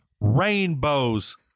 Rainbows